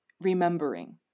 remembering